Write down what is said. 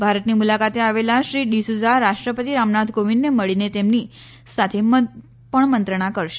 ભારતની મુલાકાતે આવેલા શ્રી ડિસૂઝા રાષ્ટ્રપતિ રામનાથ કોવિંદને મળીને તેમની સાથે પણ મંત્રણા કરશે